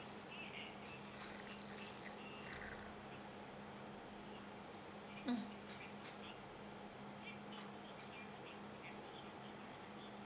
uh